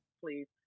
please